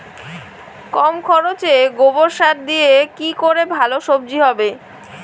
কম খরচে গোবর সার দিয়ে কি করে ভালো সবজি হবে?